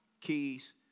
keys